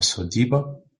sodyba